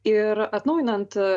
ir atnaujinant